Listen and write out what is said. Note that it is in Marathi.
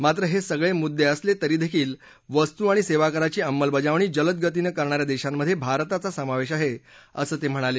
मात्र हे सगळे मुद्दे असले तरी देखील वस्तू आणि सेवा कराची अबलबजावणी जलद गतीनं करणा या देशांमधे भारताचा समावेश आहे असं ते म्हणाले